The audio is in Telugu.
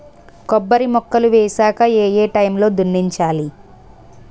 కొబ్బరి మొక్కలు వేసాక ఏ ఏ టైమ్ లో దున్నించాలి?